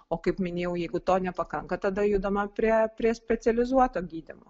o kaip minėjau jeigu to nepakanka tada judama prie prie specializuoto gydymo